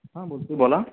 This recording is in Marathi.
हां बोलतो आहे बोला